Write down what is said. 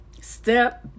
step